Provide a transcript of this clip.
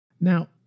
Now